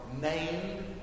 named